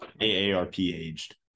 AARP-aged